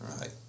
Right